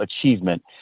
achievement